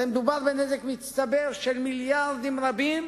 הרי מדובר בנזק מצטבר של מיליארדים רבים,